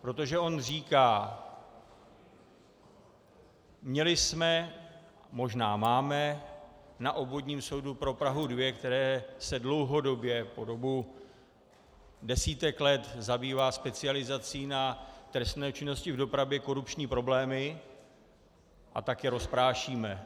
Protože on říká: Měli jsme, možná máme, na Obvodním soudu pro Prahu 2, který se dlouhodobě, po dobu desítek let, zabývá specializací na trestné činnosti v dopravě, korupční problémy, a tak je rozprášíme.